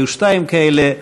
היו שתיים כאלה,